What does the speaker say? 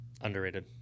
underrated